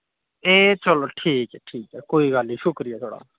एह् चलो ठीक ऐ ठीक ऐ कोई गल्ल नी शुक्रिया तोआढ़ा